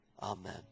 Amen